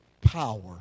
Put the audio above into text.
power